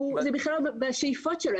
זה בכלל לא בשאיפות שלו.